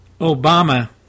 Obama